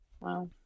wow